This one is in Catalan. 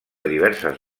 diverses